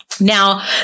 Now